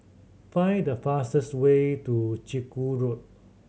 find the fastest way to Chiku Road